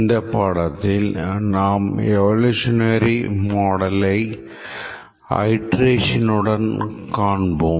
இந்த பாடத்தில் நாம் Evolutionary model iterations உடன் காண்போம்